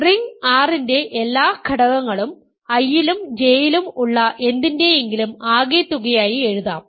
ring R ന്റെ എല്ലാ ഘടകങ്ങളും I ലും J ലും ഉള്ള എന്തിൻറെയെങ്കിലും ആകെത്തുകയായി എഴുതാം